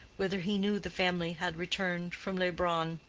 whither he knew the family had returned from leubronn